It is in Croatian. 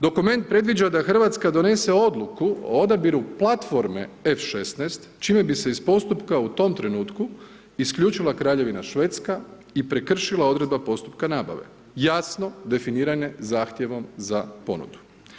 Dokument predviđa da Hrvatska donese odluku o odabiru platforme F16 čime bi se iz postupka u tom trenutku isključila Kraljevina Švedska i prekršila odredba postupka nabave jasno definiranje zahtjevom za ponudu.